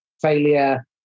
failure